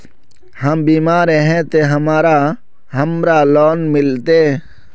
हम बीमार है ते हमरा लोन मिलते?